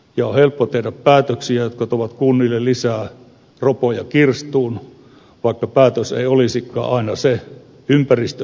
on helppo tehdä päätöksiä jotka tuovat kunnille lisää ropoja kirstuun vaikka päätös ei olisikaan aina se ympäristöystävällisin